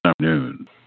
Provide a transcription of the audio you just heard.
afternoon